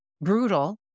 brutal